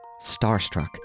Starstruck